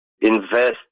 invest